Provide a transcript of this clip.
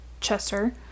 Chester